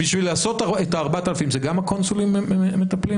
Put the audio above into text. בשביל לעשות את ה-4,000 זה גם הקונסולים מטפלים?